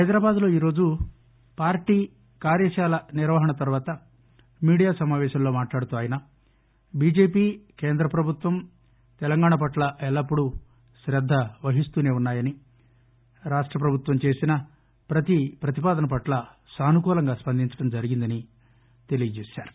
హైదరాబాద్లో ఈ రోజు పార్టీ కార్యశాల నిర్వహణ తరవాత మీడియా సమాపేశంలో మాట్లాడుతూ ఆయన బిజెపి కేంద్ర ప్రభుత్వం తెలంగాణ పట్ల ఎల్లప్పుడూ శ్రద్ద వహిస్తున్సాయని రాష్ట ప్రభుత్వం చేసిన ప్రతి ప్రతిపాదన పట్ల సానుకూలంగా స్పందించడం జరిగిందని చెప్పారు